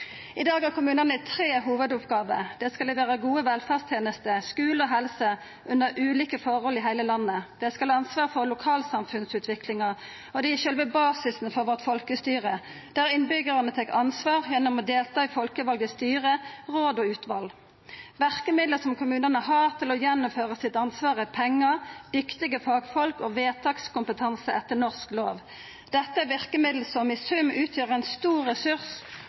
I dag har kommunane tre hovudoppgåver. Dei skal levere gode velferdstenester, skule og helse under ulike forhold i heile landet, dei skal ha ansvar for lokalsamfunnsutviklinga, og dei er sjølve basisen for folkestyret vårt, der innbyggjarane tek ansvar gjennom å delta i folkevalde styre, råd og utval. Verkemiddel som kommunane har til å gjennomføre ansvaret, er pengar, dyktige fagfolk og vedtakskompetanse etter norsk lov. Dette er verkemiddel som i sum utgjer ein stor ressurs